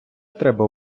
треба